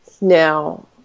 Now